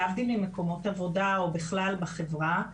להבדיל ממקומות עבודה או בכלל בחברה,